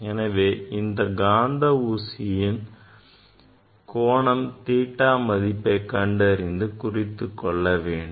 எனவே இந்த காந்த ஊசியின் கோணம் theta மதிப்பை கண்டறிந்து குறித்துக் கொள்ள வேண்டும்